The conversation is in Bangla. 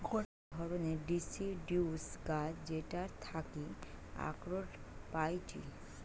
গটে ধরণের ডিসিডিউস গাছ যেটার থাকি আখরোট পাইটি